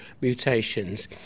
mutations